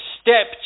step